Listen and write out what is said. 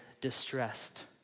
distressed